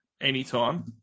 anytime